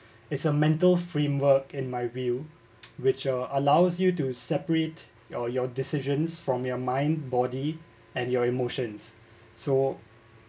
it's a mental framework in my view which uh allows you to a separate your your decisions from your mind body and your emotions so